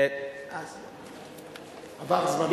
עבר זמנו.